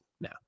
now